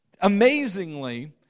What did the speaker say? amazingly